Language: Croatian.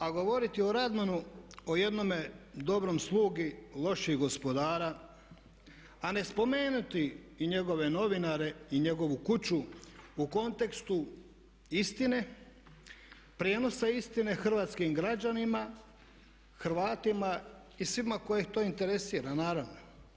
A govoriti o Radmanu o jednome dobrom slugi loših gospodara, a ne spomenuti i njegove novinare i njegovu kuću u kontekstu istine prijenosa istine hrvatskim građanima, Hrvatima i svima koje to interesira naravno.